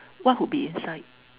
what would be inside